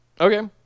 Okay